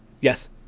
Yes